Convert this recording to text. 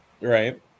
Right